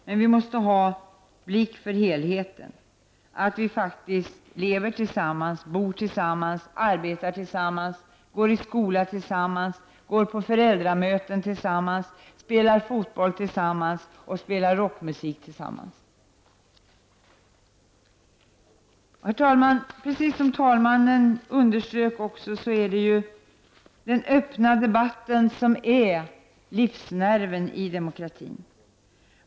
Men vi måste ha en blick för helheten, att vi faktiskt bor tillsammans, lever tillsammans, arbetar tillsammans, går i skola tillsammans, går på föräldramöten tillsammans, spelar fotboll tillsammans och spelar rockmusik tillsammans. Herr talman! Precis som talmannen underströk är den öppna debatten livsnerven i demokratin.